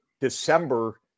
December